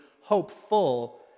hopeful